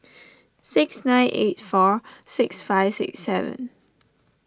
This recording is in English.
six nine eight four six five six seven